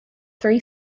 three